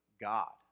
God